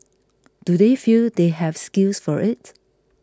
do they feel they have skills for it